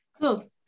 Cool